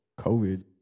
COVID